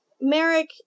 Merrick